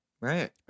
Right